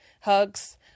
hugs